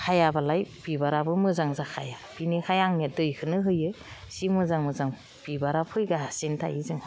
हायाबालाय बिबाराबो मोजां जाखाया बिनिखायनो आं दैखोनो होयो जि मोजां मोजां बिबारा फैगासिनो थायो जोंहा